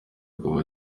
kuva